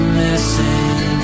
missing